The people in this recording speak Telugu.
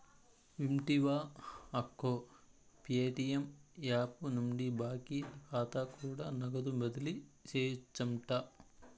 వింటివా అక్కో, ప్యేటియం యాపు నుండి బాకీ కాతా కూడా నగదు బదిలీ సేయొచ్చంట